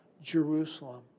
Jerusalem